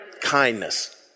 kindness